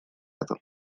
это